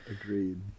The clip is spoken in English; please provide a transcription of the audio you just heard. Agreed